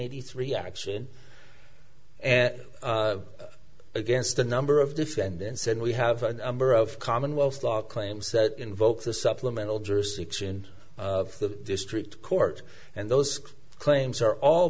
hundred three action and against a number of defendants and we have a number of commonwealth law claims that invoke the supplemental jurisdiction of the district court and those claims are all